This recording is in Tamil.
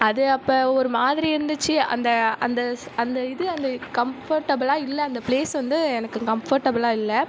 அது அப்போ ஒரு மாதிரி இருந்துச்சு அந்த அந்த அந்த இது அந்த கம்ஃபர்ட்டபிளாக இல்லை அந்த ப்ளேஸ் வந்து எனக்கு கம்ஃபர்ட்டபிளாக இல்லை